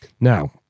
Now